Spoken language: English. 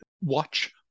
watch